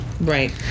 right